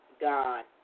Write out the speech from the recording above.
God